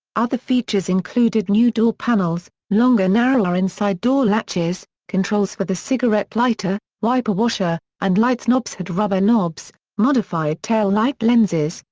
other features included new door panels, longer narrower inside door latches, controls for the cigarette lighter, wiper washer, and lights knobs had rubber knobs, modified tail light lenses,